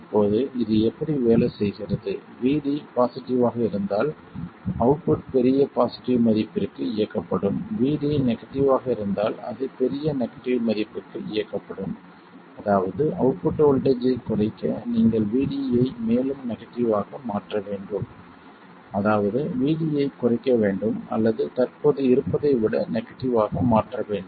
இப்போது இது எப்படி வேலை செய்கிறது Vd பாசிட்டிவ் ஆக இருந்தால் அவுட்புட் பெரிய பாசிட்டிவ் மதிப்பிற்கு இயக்கப்படும் Vd நெகட்டிவ் ஆக இருந்தால் அது பெரிய நெகட்டிவ் மதிப்புக்கு இயக்கப்படும் அதாவது அவுட்புட் வோல்ட்டேஜ் ஐக் குறைக்க நீங்கள் Vd ஐ மேலும் நெகட்டிவ் ஆக மாற்ற வேண்டும் அதாவது Vd ஐக் குறைக்க வேண்டும் அல்லது தற்போது இருப்பதை விட நெகட்டிவ் ஆக மாற்ற வேண்டும்